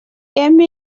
emmy